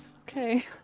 okay